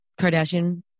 Kardashian